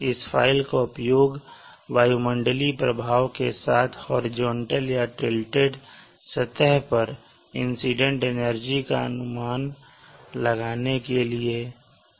इस फ़ाइल का उपयोग वायुमंडलीय प्रभाव के साथ हॉरिजॉन्टल या टिल्टेड सतह पर इंसीडेंट एनर्जी का अनुमान लगाने के लिए किया जाता है